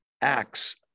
Acts